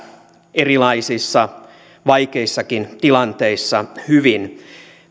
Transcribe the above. erilaisissa vaikeissakin tilanteissa hyvin